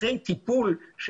אחרי טיפול,